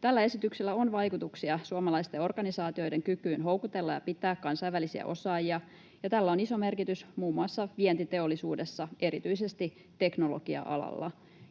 Tällä esityksellä on vaikutuksia suomalaisten organisaatioiden kykyyn houkutella ja pitää kansainvälisiä osaajia, ja tällä on iso merkitys muun muassa vientiteollisuudessa, erityisesti teknologia-alalla.